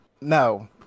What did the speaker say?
no